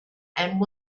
and